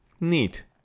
Neat